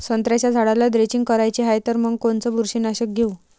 संत्र्याच्या झाडाला द्रेंचींग करायची हाये तर मग कोनच बुरशीनाशक घेऊ?